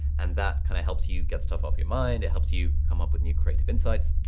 and that kind of helps you get stuff off your mind. it helps you come up with new creative insights.